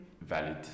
valid